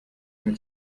mit